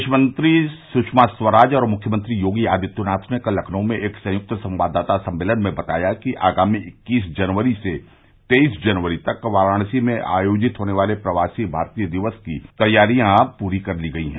विदेश मंत्री सुषमा स्वराज और मुख्यमंत्री योगी आदित्यनाथ ने कल लखनऊ में एक संयुक्त संवाददाता सम्मेलन में बताया कि आगामी इक्कीस जनवरी से तेईस जनवरी तक वाराणसी में आयोजित होने वाले प्रवासी भारतीय दिवस की तैयारियां पूरी कर ली गई हैं